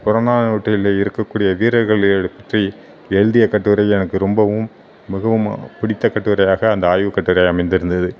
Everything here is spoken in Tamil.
புறநானூற்றில் இருக்கக்கூடிய வீரர்களை பற்றி எழுதிய கட்டுரை எனக்கு ரொம்பவும் மிகவும் பிடித்த கட்டுரையாக அந்த ஆய்வுக் கட்டுரை அமைந்திருந்தது